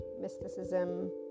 mysticism